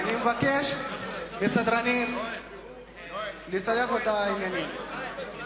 אני מבקש מהסדרנים לסדר פה את העניינים.